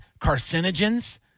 carcinogens